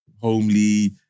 homely